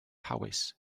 hawys